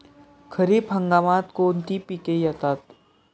खरीप हंगामात कोणती पिके येतात?